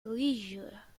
leisure